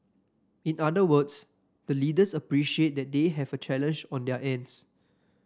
in other words the leaders appreciate that they have a challenge on their ends